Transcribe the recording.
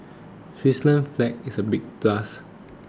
Switzerland's flag is a big plus